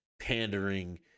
pandering